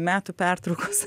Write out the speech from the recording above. metų pertraukos